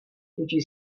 chutí